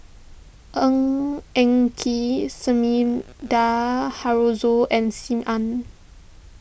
Ng Eng Kee Sumida Haruzo and Sim Ann